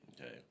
okay